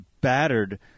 battered